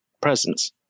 presence